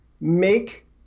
Make